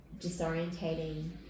disorientating